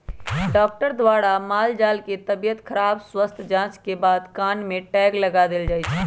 doctor द्वारा माल जाल के तबियत स्वस्थ जांच के बाद कान में टैग लगा देल जाय छै